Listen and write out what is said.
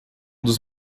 dos